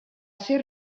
ser